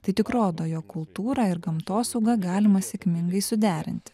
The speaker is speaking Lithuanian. tai tik rodo jo kultūrą ir gamtosaugą galima sėkmingai suderinti